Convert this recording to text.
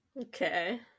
Okay